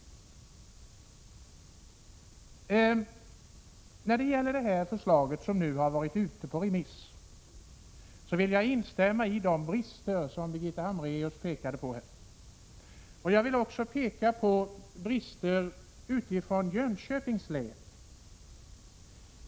När det gäller det förslag som nu har varit ute på remiss vill jag instämma i de brister som Birgitta Hambraeus har pekat på. Jag vill också peka på brister i Jönköpings län.